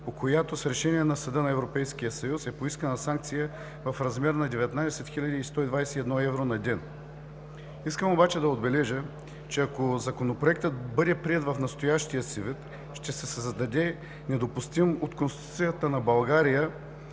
по която с Решение на Съда на Европейския съюз е поискана санкция в размер на 19 121 евро на ден. Искам да отбележа, че ако Законопроектът бъде приет в настоящия си вид, ще се създаде недопустим от Конституцията на България